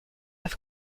have